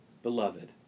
Beloved